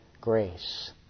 grace